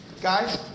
Guys